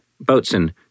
boatswain